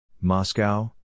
Moscow